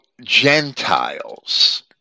Gentiles